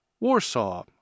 Warsaw